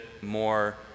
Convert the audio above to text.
more